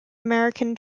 american